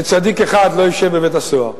וצדיק אחד לא ישב בבית-הסוהר.